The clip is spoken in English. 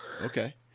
Okay